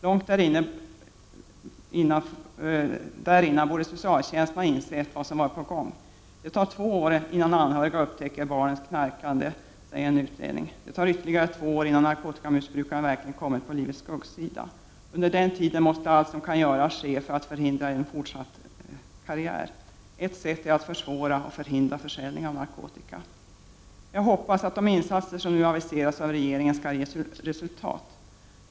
Långt dessförinnan borde socialtjänsten ha insett vad som har varit på gång. Det tar två år innan anhöriga upptäcker barnens knarkande enligt en utredning. Det tar ytterligare två år innan narkotikamissbrukaren verkligen har hamnat på livets skuggsida. Under den tiden måste man göra allt man kan för att förhindra fortsatt karriär. Ett sätt är att försvåra och att förhindra försäljningen av narkotika. Jag hoppas att de insatser som nu aviseras av regeringen skall ge resultat.